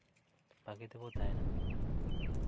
ᱵᱷᱟᱹᱜᱤ ᱛᱮᱵᱚᱱ ᱛᱟᱦᱮᱱᱟ